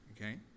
okay